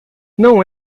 não